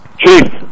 Chief